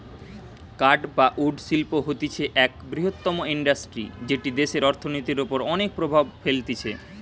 কাঠ বা উড শিল্প হতিছে এক বৃহত্তম ইন্ডাস্ট্রি যেটি দেশের অর্থনীতির ওপর অনেক প্রভাব ফেলতিছে